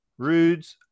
Rudes